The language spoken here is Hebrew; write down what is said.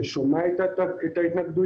ששומע את ההתנגדויות,